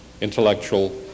intellectual